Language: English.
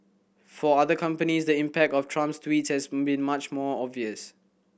for other companies the impact of Trump's tweets has been much more obvious